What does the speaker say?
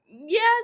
Yes